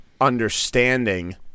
understanding